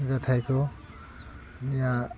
जाथायखौ या